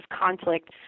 conflict